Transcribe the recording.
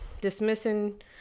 dismissing